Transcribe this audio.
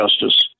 justice